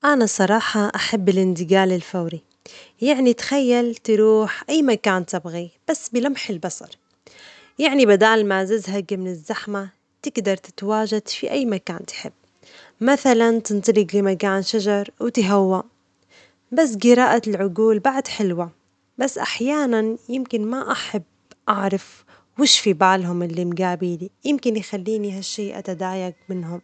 أنا صراحة أحب الانتجال الفوري، يعني تخيل تروح أي مكان تبغيه بس بلمح البصر، يعني بدل ما تزهج من الزحمة تجدر تتواجد في أي مكان تحب، مثلاً تنطلج لمكان شجر وتهوى، بس جراءة العجول بعد حلوة، بس أحياناً يمكن ما أحب أعرف وش في بالهم اللي مجابلي، يمكن يخليني هالشي أتدايج منهم.